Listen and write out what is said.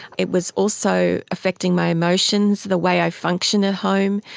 it was also affecting my emotions, the way i function at home,